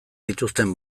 dituzten